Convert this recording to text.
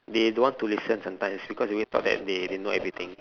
they don't want to listen sometimes because they alwa~ thought that they they know everything